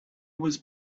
was